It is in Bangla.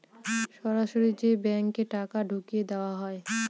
সরাসরি যে ব্যাঙ্কে টাকা ঢুকিয়ে দেওয়া হয়